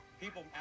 People